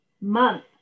month